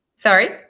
Sorry